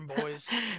boys